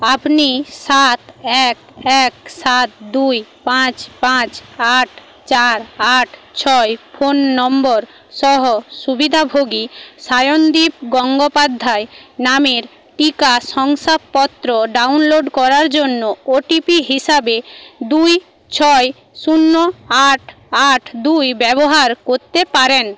আপনি সাত এক এক সাত দুই পাঁচ পাঁচ আট চার আট ছয় ফোন নম্বর সহ সুবিধাভোগী সায়নদীপ গঙ্গোপাধ্যায় নামের টিকা শংসাপত্র ডাউনলোড করার জন্য ওটিপি হিসাবে দুই ছয় শূন্য আট আট দুই ব্যবহার করতে পারেন